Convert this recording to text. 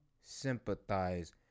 sympathize